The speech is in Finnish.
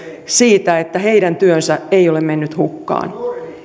siitä että heidän työnsä ei ole mennyt hukkaan